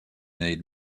need